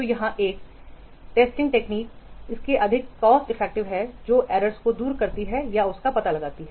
तो यहाँ यह एक टेस्टिंग टेक्निक इससे अधिक कॉस्ट इफेक्टिव है जो एरर्स को दूर करती है या उनका पता लगाती है